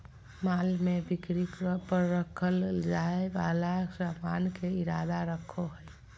माल में बिक्री पर रखल जाय वाला सामान के इरादा रखो हइ